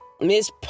Miss